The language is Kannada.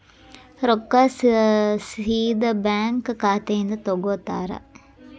ರೊಕ್ಕಾ ಸೇದಾ ಬ್ಯಾಂಕ್ ಖಾತೆಯಿಂದ ತಗೋತಾರಾ?